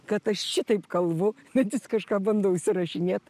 kad aš šitaip kalvu bet jis kažką bando užsirašinėt